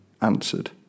answered